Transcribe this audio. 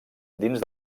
dins